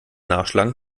nachschlagen